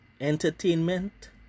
Entertainment